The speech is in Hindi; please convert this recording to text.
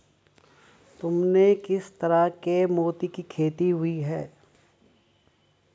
तुमने किस तरह के मोती की खेती की हुई है?